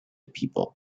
people